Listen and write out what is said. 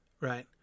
right